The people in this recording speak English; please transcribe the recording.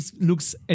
looks